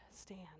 stand